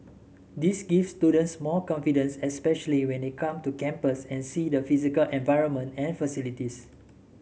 this gives students more confidence especially when they come to campus and see the physical environment and facilities